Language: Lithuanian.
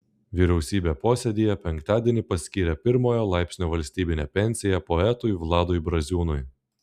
vyriausybė posėdyje penktadienį paskyrė pirmojo laipsnio valstybinę pensiją poetui vladui braziūnui